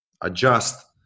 adjust